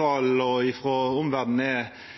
salen og